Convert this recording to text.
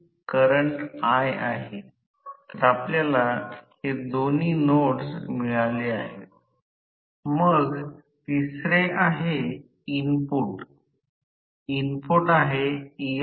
आता जर ते येथे आकृत्यामध्ये असेल तर हा F2 आहे परंतु आम्ही रोटर ला येथे फिरण्यास परवानगी देत नाही आहोत